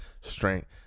strength